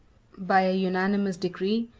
by a unanimous decree,